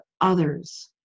others